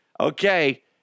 Okay